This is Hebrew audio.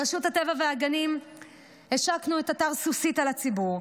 ברשות הטבע והגנים השקנו את אתר סוסיתא לציבור,